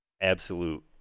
absolute